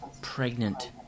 pregnant